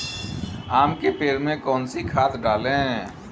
आम के पेड़ में कौन सी खाद डालें?